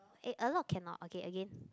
eh a lot cannot okay again